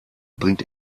bringt